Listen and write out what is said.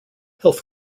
health